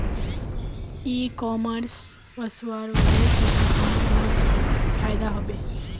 इ कॉमर्स वस्वार वजह से किसानक बहुत फायदा हबे